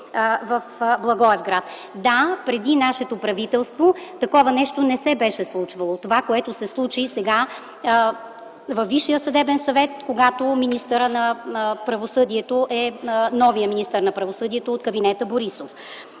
в Благоевград. Да, преди нашето правителство такова нещо не се беше случвало –това, което се случи сега във Висшия съдебен съвет, когато новият министър на правосъдието е от кабинета „Борисов”.